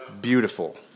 Beautiful